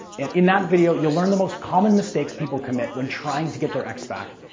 and in that video, you'll learn the most common mistakes people commit when trying to get their ex back.